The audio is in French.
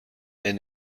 est